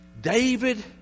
David